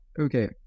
okay